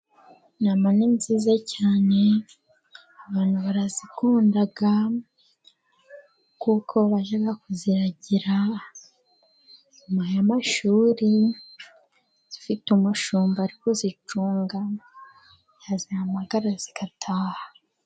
Intama ni nziza cyane. Abantu barazikunda kuko bajya kuziragira inyuma y'amashuri, zifite umushumba ari kuzicunga, yazihamagara zigataha.